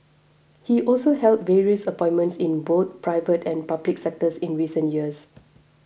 he also held various appointments in both private and public sectors in recent years